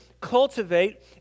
cultivate